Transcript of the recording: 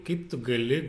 kaip tu gali